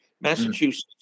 Massachusetts